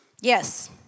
Yes